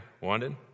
wanted